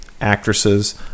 actresses